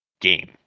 game